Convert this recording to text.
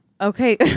Okay